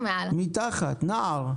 מתחת, נער.